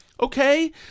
okay